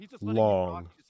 long